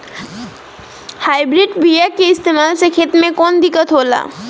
Hybrid बीया के इस्तेमाल से खेत में कौन दिकत होलाऽ?